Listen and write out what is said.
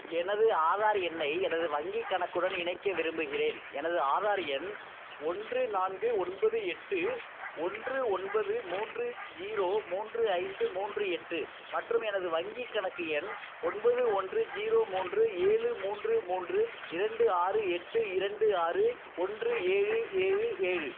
எனது ஆதார் எண்ணை எனது வங்கி கணக்குடன் இணைக்க விரும்புகிறேன் எனது ஆதார் எண் ஒன்று நான்கு ஒன்பது எட்டு ஒன்று ஒன்பது மூன்று ஜீரோ மூன்று ஐந்து மூன்று எட்டு மற்றும் எனது வங்கி கணக்கு எண் ஒன்பது ஒன்று ஜீரோ மூன்று ஏழு மூன்று மூன்று இரண்டு ஆறு எட்டு இரண்டு ஆறு ஒன்று ஏழு ஏழு ஏழு